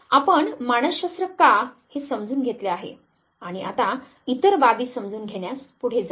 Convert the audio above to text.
आपण 'मानसशास्त्र का' हे समजुन घेतले आहे आणि आता इतर बाबी समजून घेण्यास पुढे जाऊ